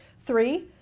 Three